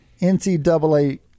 NCAA